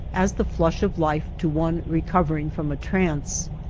as the flush of life to one recovering from a trance.